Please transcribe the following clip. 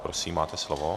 Prosím, máte slovo.